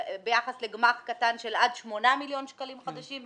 ביחס לגמ"ח קטן של עד 8 מיליון שקלים חדשים.